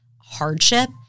hardship